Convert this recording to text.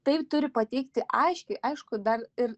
tai turi pateikti aiškiai aišku dar ir